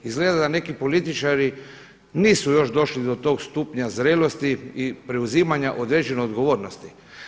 Izgleda da neki političari nisu još došli do tog stupnja zrelosti i preuzimanja određene odgovornosti.